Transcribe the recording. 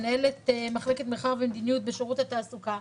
מנהלת מחלקת מחקר ומדיניות בשירות התעסוקה,